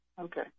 Okay